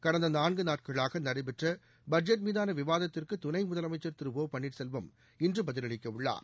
கடந்த நான்கு நாட்களாக நடைபெற்ற பட்ஜெட் மீதான விவாதத்திற்கு துணை முதலமைச்சா் திரு ஒ பன்னீர்செல்வம் இன்று பதிலளிக்க உள்ளார்